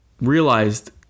realized